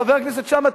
חבר הכנסת שאמה,